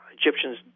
Egyptians